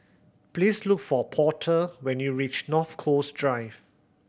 please look for Porter when you reach North Coast Drive